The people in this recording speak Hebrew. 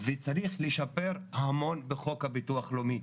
וצריך לשפר המון בחוק הביטוח הלאומי.